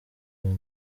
rwa